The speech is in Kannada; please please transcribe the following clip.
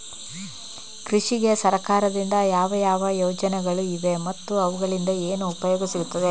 ಕೃಷಿಗೆ ಸರಕಾರದಿಂದ ಯಾವ ಯಾವ ಯೋಜನೆಗಳು ಇವೆ ಮತ್ತು ಅವುಗಳಿಂದ ಏನು ಉಪಯೋಗ ಸಿಗುತ್ತದೆ?